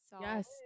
Yes